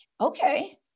okay